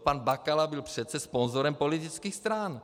Pan Bakala byl přece sponzorem politických stran.